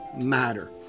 matter